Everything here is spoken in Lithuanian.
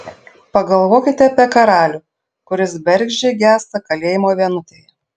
pagalvokite apie karalių kuris bergždžiai gęsta kalėjimo vienutėje